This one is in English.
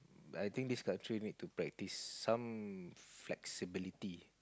I think this country need to practice some flexibility